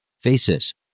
FACES